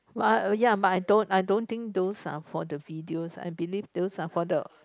!wah! ya but I don't I don't think those are for the videos I believe those are for the